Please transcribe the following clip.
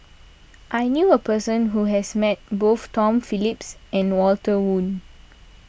I knew a person who has met both Tom Phillips and Walter Woon